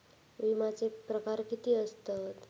विमाचे प्रकार किती असतत?